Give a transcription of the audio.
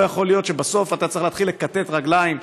לא יכול להיות שבסוף אתה צריך להתחיל לכתת רגליים,